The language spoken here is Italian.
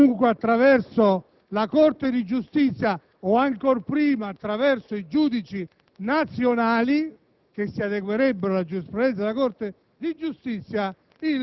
non applicandole potrebbero ottenere comunque (attraverso la Corte di giustizia o, ancor prima, i giudici nazionali,